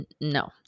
No